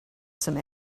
some